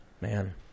Man